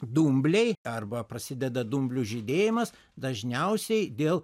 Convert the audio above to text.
dumbliai arba prasideda dumblių žydėjimas dažniausiai dėl